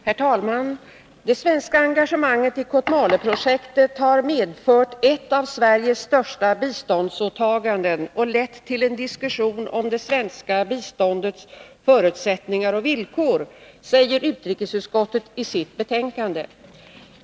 Herr talman! ”Det svenska engagemanget i Kotmale-projektet har medfört ett av Sveriges största biståndsåtaganden och lett till en diskussion om det svenska biståndets förutsättningar och villkor”, säger utrikesutskottet i sitt betänkande.